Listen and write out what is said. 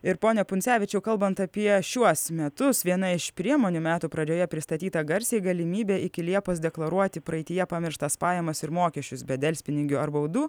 ir pone pundzevičių kalbant apie šiuos metus viena iš priemonių metų pradžioje pristatyta garsiai galimybė iki liepos deklaruoti praeityje pamirštas pajamas ir mokesčius be delspinigių ar baudų